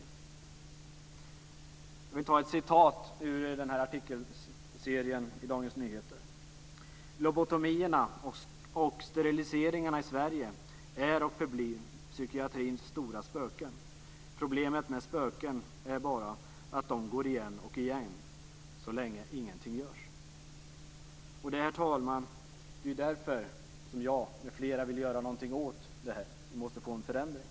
Jag vill ta fram ett citat ur den här artikelserien i Dagens Nyheter: "Lobotomierna och steriliseringarna i Sverige är och förblir psykiatrins stora spöken. Problemet med spöken är bara att de går igen och igen, så länge ingenting görs." Det är därför, herr talman, som jag och flera andra vill göra något åt det här. Vi måste få en förändring.